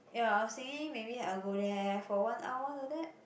ya I was thinking maybe I'll go there for one hour like that